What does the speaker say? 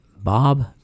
Bob